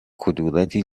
کدورتی